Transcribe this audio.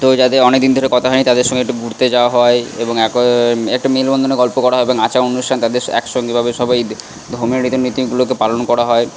তো যাদের অনেকদিন ধরে কথা হয়নি তাদের সঙ্গে একটু ঘুরতে যাওয়া হয় এবং একটা মেলবন্ধন ও গল্প করা হয় এবং আচার অনুষ্ঠান তাদের একসঙ্গেভাবে সব এই ধর্মীয় রীতিনীতিগুলো তো পালন করা হয়